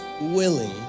willing